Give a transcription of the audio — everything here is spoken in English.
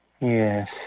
Yes